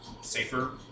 safer